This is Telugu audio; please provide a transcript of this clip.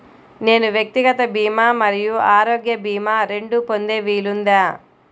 నేను వ్యక్తిగత భీమా మరియు ఆరోగ్య భీమా రెండు పొందే వీలుందా?